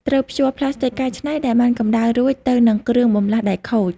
ត្រូវភ្ជាប់ផ្លាស្ទិកកែច្នៃដែលបានកំដៅរួចទៅនឹងគ្រឿងបន្លាស់ដែលខូច។